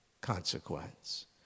consequence